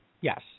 Yes